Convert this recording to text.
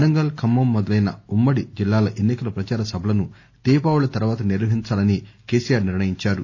వరంగల్ ఖమ్మం మొదలైన ఉమ్మడి జిల్లాల ఎన్నికల ప్రదార సభలను దీపావళి తరువాత నిర్వహించాలని కెసిఆర్ నిర్ణయించారు